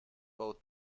both